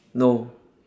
no